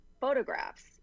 photographs